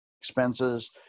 expenses